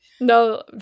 No